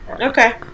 Okay